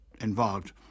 involved